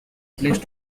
place